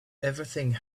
everything